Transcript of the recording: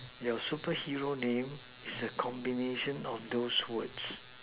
your superhero name is a combination of those words